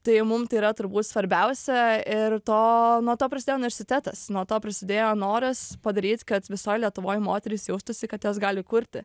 tai mum tai yra turbūt svarbiausia ir to nuo to prasidėjo universitetas nuo to prisidėjo noras padaryt kad visoj lietuvoj moterys jaustųsi kad jos gali kurti